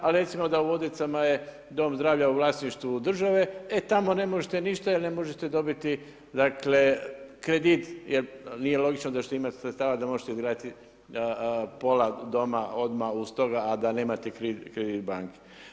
Ali recimo da u Vodicama je dom zdravlja u vlasništvu države, e tamo ne možete ništa jer ne može te dobiti kredit jer nije logično da ćete imati sredstava da možete izgraditi pola doma odmah, a da nemate kredit banke.